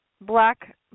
black